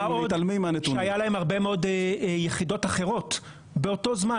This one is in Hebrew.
מה עוד שהיו להם הרבה יחידות אחרות באותו זמן.